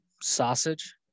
sausage